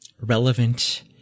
relevant